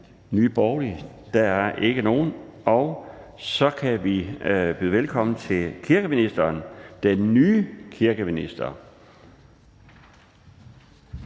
Nye Borgerlige, men der er ikke nogen. Så kan vi byde velkommen til kirkeministeren – den nye kirkeminister.